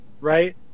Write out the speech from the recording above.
Right